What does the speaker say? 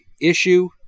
issue